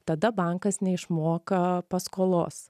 tada bankas neišmoka paskolos